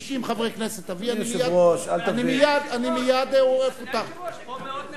אבל, אדוני היושב-ראש, פה מאוד נחמד.